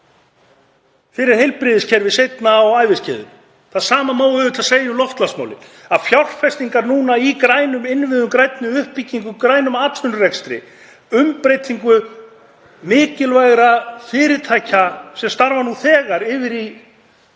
fyrir heilbrigðiskerfið seinna á æviskeiðinu. Það sama má auðvitað segja um loftslagsmálin. Fjárfestingar núna í grænum innviðum, grænni uppbyggingu, grænum atvinnurekstri, umbreytingu mikilvægra fyrirtækja sem starfa nú þegar yfir í